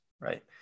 right